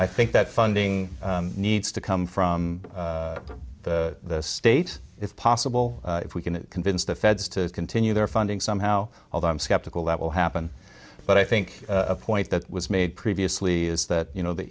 i think that funding needs to come from the state it's possible if we can convince the feds to continue their funding somehow although i'm skeptical that will happen but i think a point that was made previously is that you know the